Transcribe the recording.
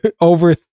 over